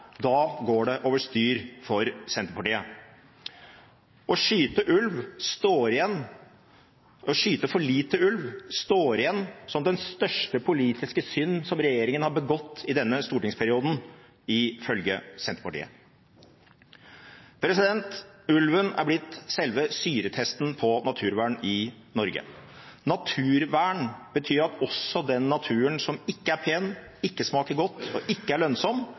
da går det over styr for Senterpartiet. Å skyte for lite ulv står igjen som den største politiske synden regjeringen har begått i denne stortingsperioden, ifølge Senterpartiet. Ulven er blitt selve syretesten på naturvern i Norge. Naturvern betyr at også den naturen som ikke er pen, ikke smaker godt og ikke er lønnsom,